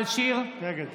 נגד